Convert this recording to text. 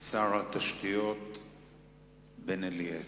שר התשתיות בן-אליעזר.